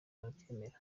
arabyemera